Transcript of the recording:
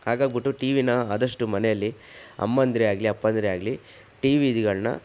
ಹಾಗಾಗ್ಬಿಟ್ಟು ಟಿ ವಿನ ಆದಷ್ಟು ಮನೆಯಲ್ಲಿ ಅಮ್ಮಂದಿರೇ ಆಗಲಿ ಅಪ್ಪಂದಿರೇ ಆಗಲಿ ಟಿ ವಿಗಳನ್ನ